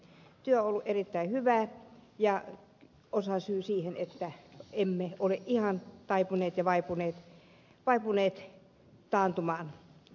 työ on ollut erittäin hyvää ja osasyy siihen että emme ole ihan taipuneet ja vaipuneet taantumaan